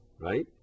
right